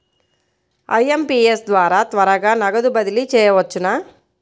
IMPS ద్వారా త్వరగా నగదు బదిలీ చేయవచ్చునా?